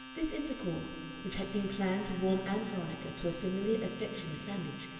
this intercourse, which had been planned to warm ann veronica to a familiar affection with ramage,